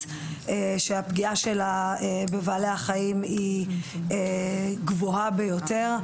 שהפגיעה שלה בבעלי החיים היא גבוהה ביותר,